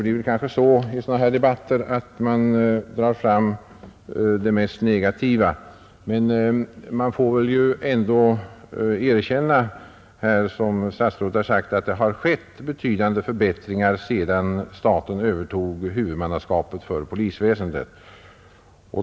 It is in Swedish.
I sådana här debatter drar man gärna fram det mest negativa, men man får ju ändå erkänna att det, som statsrådet har sagt, har skett betydande förbättringar sedan staten övertog huvudmannaskapet för polisväsendet.